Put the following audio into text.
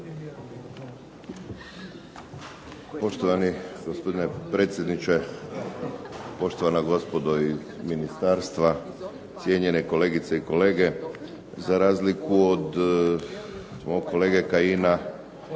Poštovani gospodine predsjedniče, poštovana gospodo iz ministarstva, cijenjene kolegice i kolege. Za razliku od mog kolege Kajina,